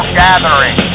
gathering